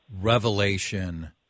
revelation